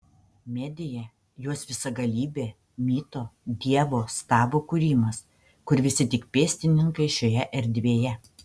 medija jos visagalybė mito dievo stabo kūrimas kur visi tik pėstininkai šioje erdvėje